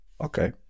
Okay